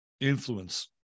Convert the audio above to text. influence